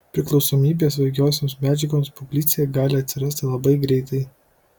priklausomybė svaigiosioms medžiagoms paauglystėje gali atsirasti labai greitai